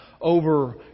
over